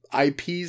IPs